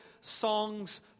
songs